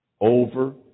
over